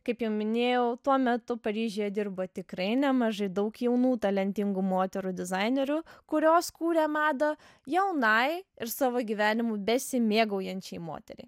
kaip jau minėjau tuo metu paryžiuje dirbo tikrai nemažai daug jaunų talentingų moterų dizainerių kurios kūrė madą jaunai ir savo gyvenimu besimėgaujančiai moteriai